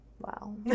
wow